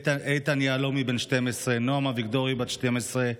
איתן יהלומי, בן 12, נעם אביגדורי, בת 12,